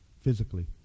physically